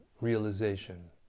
realization